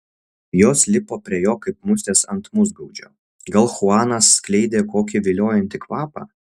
jos lipo prie jo kaip musės ant musgaudžio gal chuanas skleidė kokį viliojantį kvapą